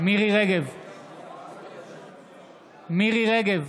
מירי מרים רגב,